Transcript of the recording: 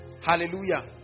Hallelujah